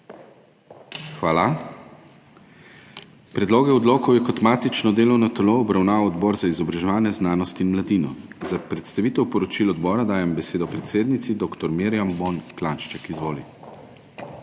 Hvala. Predloge odlokov je kot matično delovno telo obravnaval Odbor za izobraževanje, znanost in mladino. Za predstavitev poročila odbora dajem besedo predsednici dr. Mirjam Bon Klanjšček. Izvoli.